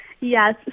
Yes